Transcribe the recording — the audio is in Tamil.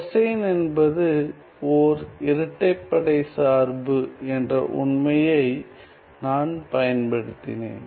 கொசைன் என்பது ஓர் இரட்டைப்படை சார்பு என்ற உண்மையை நான் பயன்படுத்தினேன்